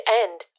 end